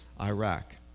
Iraq